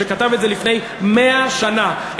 שכתב את זה לפני מאה שנה.